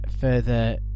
further